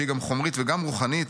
שהיא גם חומרית וגם רוחנית,